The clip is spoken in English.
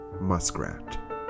Muskrat